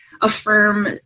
affirm